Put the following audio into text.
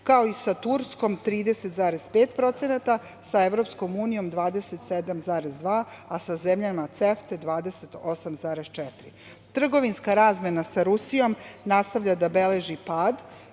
kao i sa Turskom 30,5%, sa Evropskom unijom 27,2%, a sa zemljama CEFTA-e 28,4%. Trgovinska razmena sa Rusijom nastavlja da beleži pad,